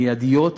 מיידיות,